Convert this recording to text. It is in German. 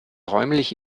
räumlich